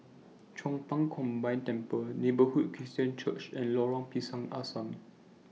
Chong Pang Combined Temple Neighbourhood Christian Church and Lorong Pisang Asam